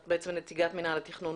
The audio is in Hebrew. את בעצם נציגת מינהל התכנון